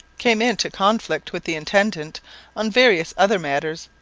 came into conflict with the intendant on various other matters,